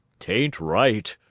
t ain't right,